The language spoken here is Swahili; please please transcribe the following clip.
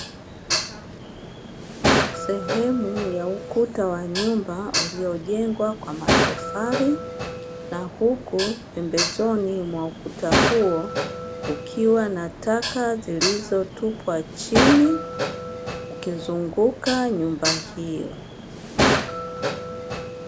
Sehemu ya ukuta wa nyumba uliojengwa kwa matofali, na huku pembezoni mwa ukuta huo kukiwa na taka zilizotupwa chini, kukizunguka nyumba hiyo.